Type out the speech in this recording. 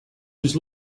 his